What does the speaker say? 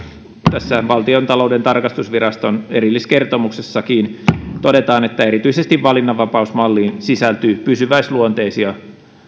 tässä valtiontalouden tarkastusviraston erilliskertomuksessakin todetaan että erityisesti valinnanvapausmalliin sisältyy pysyväisluonteisia